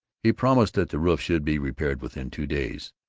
he promised that the roof should be repaired within two days.